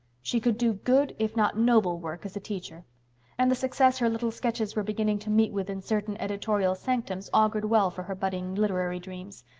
she could do good, if not noble, work as a teacher and the success her little sketches were beginning to meet with in certain editorial sanctums augured well for her budding literary dreams.